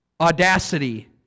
Audacity